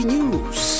News